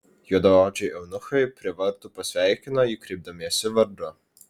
juodaodžiai eunuchai prie vartų pasveikino jį kreipdamiesi vardu